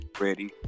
ready